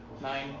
Nine